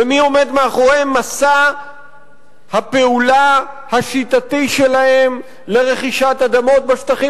ומי עומד מאחורי מסע הפעולה השיטתי שלהן לרכישת אדמות בשטחים